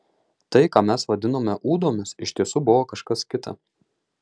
tai ką mes vadinome ūdomis iš tiesų buvo kažkas kita